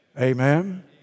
Amen